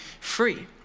free